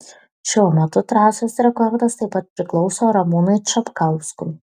šiuo metu trasos rekordas taip pat priklauso ramūnui čapkauskui